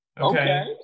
okay